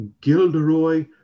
Gilderoy